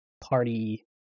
party